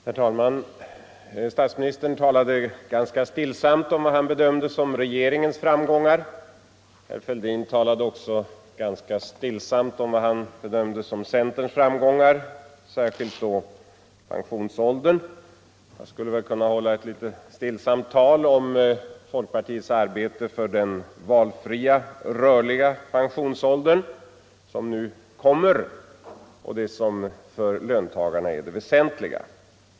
Herr talman! Statsministern talade ganska stillsamt om vad han bedömde som regeringens framgångar. Herr Fälldin talade också ganska stillsamt om vad han bedömde som centerns framgångar, särskilt då i frågan om pensionsåldern. Jag skulle väl kunna hålla ett litet stillsamt tal om folkpartiets arbete för den valfria, rörliga pensionsåldern, som nu kommer och som för löntagarna är det väsentliga.